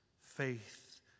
faith